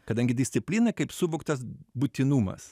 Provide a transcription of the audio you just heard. kadangi disciplina kaip suvoktas būtinumas